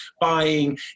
buying